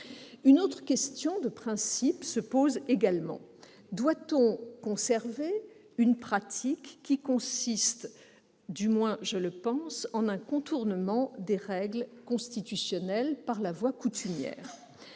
Une troisième question de principe se pose : doit-on conserver une pratique qui consiste, du moins je le pense, en un contournement des règles constitutionnelles par la voie coutumière ?